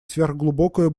сверхглубокое